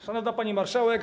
Szanowna Pani Marszałek!